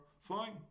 fine